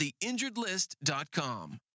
theinjuredlist.com